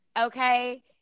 okay